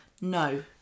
no